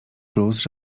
plus